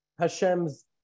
Hashem's